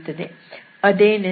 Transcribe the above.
ಅದೇನೆಂದರೆ y1x1 13